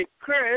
Chris